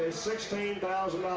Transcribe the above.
sixteen thousand.